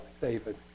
David